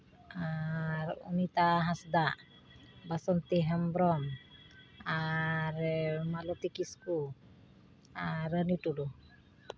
ᱟᱨ ᱚᱢᱤᱛᱟ ᱦᱟᱸᱥᱫᱟᱜ ᱵᱟᱥᱚᱱᱛᱤ ᱦᱮᱢᱵᱽᱨᱚᱢ ᱟᱨ ᱢᱟᱞᱚᱛᱤ ᱠᱤᱥᱠᱩ ᱟᱨ ᱨᱟᱱᱤ ᱴᱩᱰᱩ